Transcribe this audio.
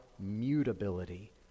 mutability